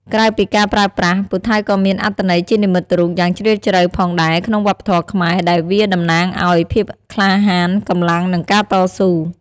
ក្រៅពីការប្រើប្រាស់ ពូថៅក៏មានអត្ថន័យជានិមិត្តរូបយ៉ាងជ្រាលជ្រៅផងដែរក្នុងវប្បធម៌ខ្មែរ ដែលវាតំណាងអោយ ភាពក្លាហាន កម្លាំង និង ការតស៊ូ ។